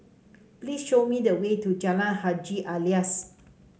please show me the way to Jalan Haji Alias